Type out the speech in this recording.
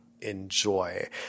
enjoy